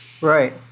Right